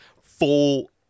full